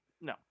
No